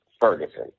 Ferguson